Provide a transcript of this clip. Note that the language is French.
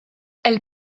elle